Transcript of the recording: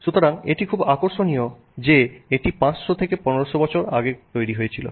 সুতরাং এটি খুব আকর্ষণীয় যে এটি 500 থেকে 1500 বছর আগে হয়েছিল